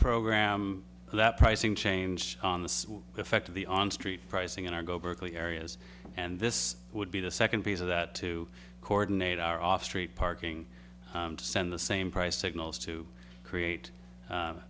program that pricing change on the effect of the on street pricing in our go berkeley areas and this would be the second piece of that to coordinate our off street parking to send the same price signals to create